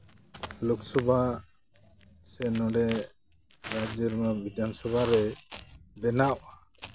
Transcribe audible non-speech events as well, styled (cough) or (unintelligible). ᱞᱳᱠᱥᱚᱵᱷᱟ ᱥᱮ ᱱᱚᱸᱰᱮ (unintelligible) ᱵᱤᱫᱷᱟᱱ ᱥᱚᱵᱷᱟᱨᱮ ᱵᱮᱱᱟᱣᱚᱜᱼᱟ